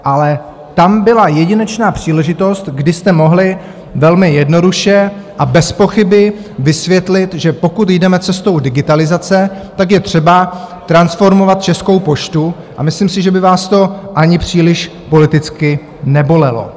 Ale tam byla jedinečná příležitost, kdy jste mohli velmi jednoduše a bez pochyby vysvětlit, že pokud jdeme cestou digitalizace, tak je třeba transformovat Českou poštu, a myslím si, že by vás to ani příliš politicky nebolelo.